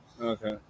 Okay